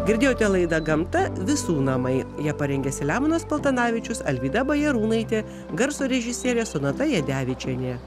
girdėjote laidą gamta visų namai ją parengė selemonas paltanavičius alvyda bajarūnaitė garso režisierė sonata jadevičienė